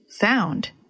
Found